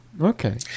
okay